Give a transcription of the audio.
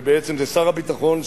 ובעצם זה שר הביטחון,